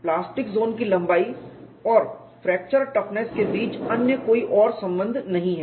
plastic zone की लंबाई और फ्रैक्चर टफनेस के बीच अन्य कोई और संबंध नहीं है